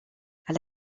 elle